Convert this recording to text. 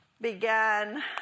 began